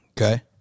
Okay